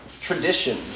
tradition